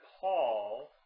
Paul